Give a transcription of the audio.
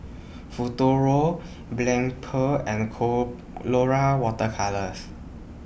Futuro Blephagel and Colora Water Colours